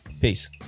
Peace